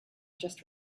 just